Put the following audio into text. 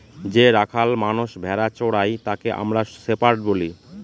যে রাখাল মানষ ভেড়া চোরাই তাকে আমরা শেপার্ড বলি